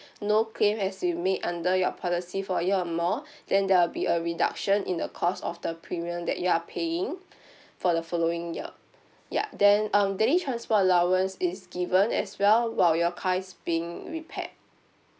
no claim has been made under your policy for a year or more then there will be a reduction in the cost of the premium that you are paying for the following year yup then um daily transport allowance is given as well while your car is being repaired